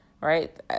right